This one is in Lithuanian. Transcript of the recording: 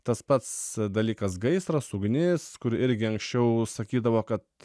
tas pats dalykas gaisras ugnis kur irgi anksčiau sakydavo kad